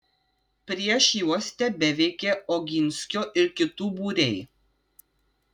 prieš juos tebeveikė oginskio ir kitų būriai